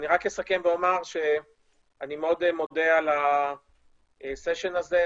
אני אסכם ואומר שאני מאוד מודה על הסשן הזה,